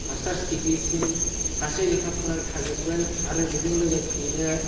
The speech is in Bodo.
मास्टार्स दिग्रीसिम गासै लेखाफोरा थाजोबगोन आरो बेजों लोगोसेयैनो